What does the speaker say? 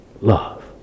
love